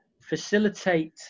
facilitate